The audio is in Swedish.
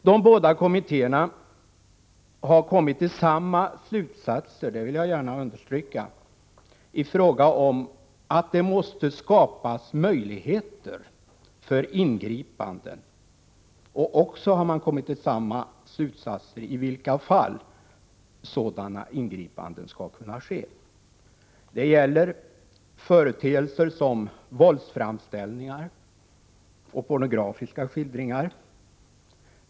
De båda kommittéerna har kommit till samma slutsats — det vill jag gärna understryka —i fråga om att det måste skapas möjligheter för ingripanden och även i fråga om i vilka fall sådana ingripanden skall kunna ske. Det gäller företeelser som våldsframställningar och pornografiska skildringar.